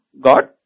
God